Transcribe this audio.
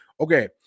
Okay